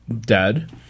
dead